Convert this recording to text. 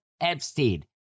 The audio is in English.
Epstein